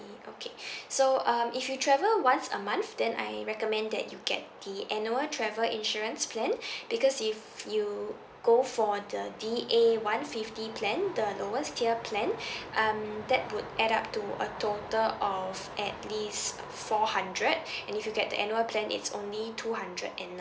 okay so um if you travel once a month then I recommend that you get the annual travel insurance plan because if you go for the D_A one fifty plan the lowest tier plan um that would add up to a total of at least uh four hundred and if you get the annual plan it's only two hundred and